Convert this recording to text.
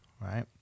right